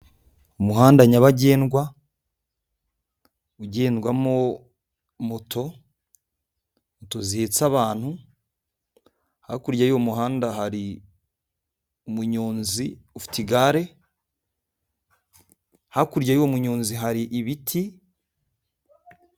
Umuhanda nyabagendwa ugendwamo moto, moto zihetse abantu hakurya y'umuhanda hari umunyonzi ufite igare hakurya y'umunyonzi hari ibiti.